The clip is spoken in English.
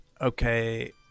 Okay